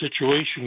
situation